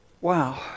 wow